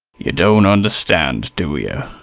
you don't understand, do you.